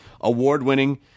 award-winning